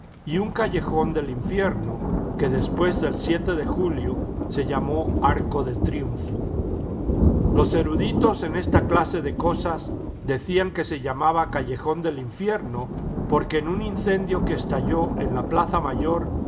y un callejón del infierno que después del de julio se llamó arco de triunfo los eruditos en esta clase de cosas decían que se llamaba callejón del infierno porque en un incendio que estalló en la plaza mayor